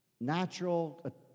natural